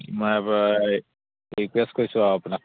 মই ইয়াৰ পৰাই ৰিকুৱেষ্ট কৰিছোঁ আৰু আপোনাক